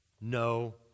No